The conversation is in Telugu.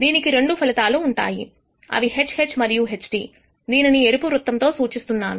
దీనికి రెండు ఫలితాలు ఉంటాయి అవి HH మరియు HT దీనిని ఎరుపు వృత్తం తో సూచిస్తున్నాను